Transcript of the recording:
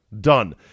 done